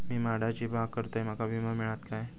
मी माडाची बाग करतंय माका विमो मिळात काय?